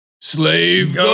Slave